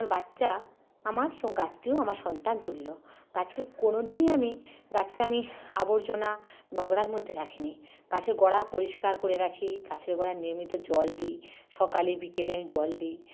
বাচ্চা আমার গাছটিও আমার সন্তানতুল্য গাছকে কোনোদিনই আমি গাছকে আমি আবর্জনা নোংরার মধ্যে রাখিনি গাছের গোড়া পরিষ্কার করে রাখি গাছের গোড়ায় নিয়মিত জল দিই সকালে বিকেলে আমি জল দিই